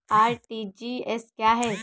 RTGS क्या है?